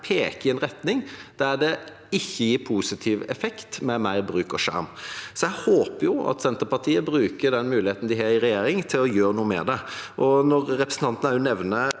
før den kommer – at det ikke gir positiv effekt med mer bruk av skjerm. Jeg håper at Senterpartiet bruker den muligheten de har i regjering, til å gjøre noe med det. Når representanten også nevner